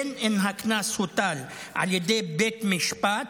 בין שהקנס הוטל על ידי בית משפט,